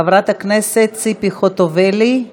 חברת הכנסת ציפי חוטובלי,